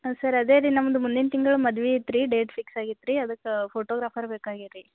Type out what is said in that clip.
sir ಅದೇ ರೀ ನಮ್ದು ಮುಂದಿನ ತಿಂಗ್ಳು ಮದ್ವೆ ಇತ್ತು ರೀ ಡೇಟ್ ಫಿಕ್ಸ್ ಆಗಿತ್ತು ರೀ ಅದಕ್ಕೆ ಫೋಟೋಗ್ರಾಫರ್ ಬೇಕಾಗೇರಿ ರೀ